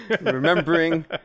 Remembering